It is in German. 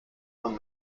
und